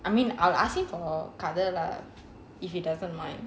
I mean I'll ask him for colour lah if he doesn't mind